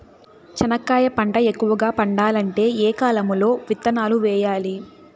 చెనక్కాయ పంట ఎక్కువగా పండాలంటే ఏ కాలము లో విత్తనాలు వేయాలి?